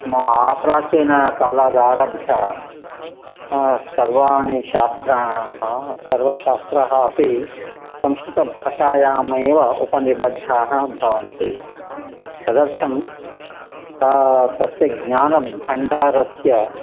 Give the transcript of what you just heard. प्राचीनकालादारभ्य सर्वाणि शास्त्रानि सर्वशास्त्राः अपि संस्कृतभाषायामेव उपनिबद्धाः भवन्ति तदर्थम् तस्य ज्ञानभण्डारस्य